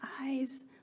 eyes